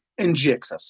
NGXS